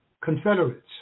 Confederates